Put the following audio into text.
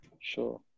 Sure